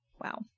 wow